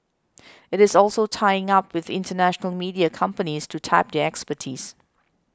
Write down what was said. it is also tying up with international media companies to tap their expertise